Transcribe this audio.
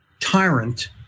tyrant